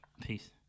Peace